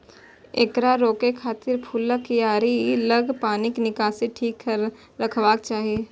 एकरा रोकै खातिर फूलक कियारी लग पानिक निकासी ठीक रखबाक चाही